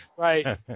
Right